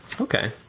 Okay